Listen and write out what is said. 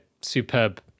superb